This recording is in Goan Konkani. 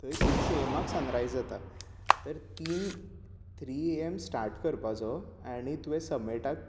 थंय सीक्स ए एमाक सनरायझ जाता तर तीन थ्री ए एम स्टार्ट करपाचो आनी तुवें समेटाक